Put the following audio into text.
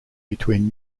between